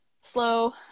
slow